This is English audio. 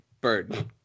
bird